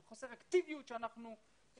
בחוסר האקטיביות של חינוך